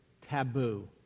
taboo